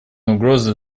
угроза